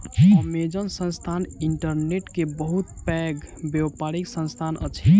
Amazon संस्थान internet के बहुत पैघ व्यापारिक संस्थान अछि